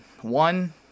one